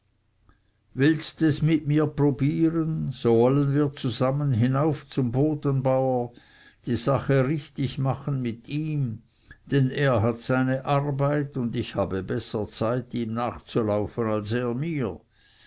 willst es mit mir probieren so wollen wir zusammen hinauf zum bodenbauer die sache richtig machen mit ihm denn er hat seine arbeit und ich habe besser zeit ihm nachzulaufen als er mir